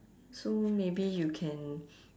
so maybe you can